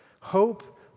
hope